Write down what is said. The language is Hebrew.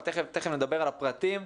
אבל תיכף נדבר על הפרטים.